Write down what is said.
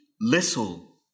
little